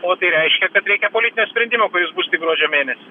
o tai reiškia kad reikia politinio sprendimo kuris bus tik gruodžio mėnesį